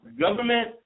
government